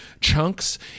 chunks